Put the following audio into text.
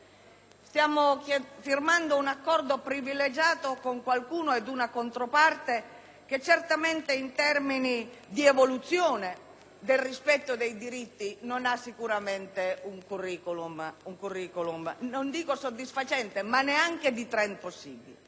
stiamo firmando un accordo privilegiato con una controparte che certamente in termini di evoluzione del rispetto dei diritti non ha un *curriculum* non dico soddisfacente, ma nemmeno di *trend* possibile.